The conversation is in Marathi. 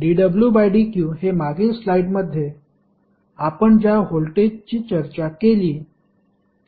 dwdq हे मागील स्लाइडमध्ये आपण ज्या व्होल्टेजची चर्चा केली